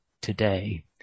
today